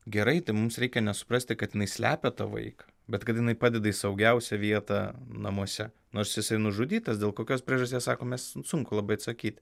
gerai tai mums reikia nesuprasti kad jinai slepia tą vaiką bet kad jinai padeda į saugiausią vieta namuose nors jisai nužudytas dėl kokios priežasties sako mes nu sunku labai atsakyti